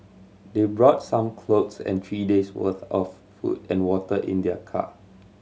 they brought some clothes and three days' worth of food and water in their car